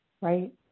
Right